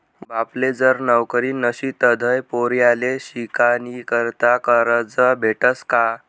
बापले जर नवकरी नशी तधय पोर्याले शिकानीकरता करजं भेटस का?